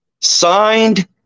signed